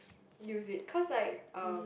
use it because like uh